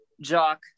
Jock